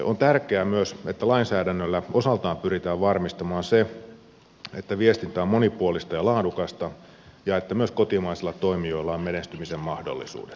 on tärkeää myös että lainsäädännöllä osaltaan pyritään varmistamaan se että viestintä on monipuolista ja laadukasta ja että myös kotimaisilla toimijoilla on menestymisen mahdollisuudet